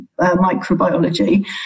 microbiology